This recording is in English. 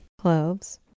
cloves